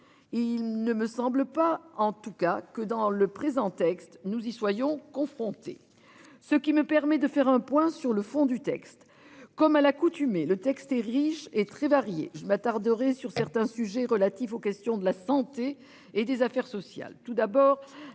il ne me semble pas, en tout cas que dans le présent texte nous y soyons confrontés. Ce qui me permet de faire un point sur le fond du texte, comme à l'accoutumée, le texte est riche et très variée. Je m'attarderai sur certains sujets relatifs aux questions de la Santé et des affaires sociales. Tout d'abord